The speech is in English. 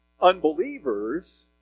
Unbelievers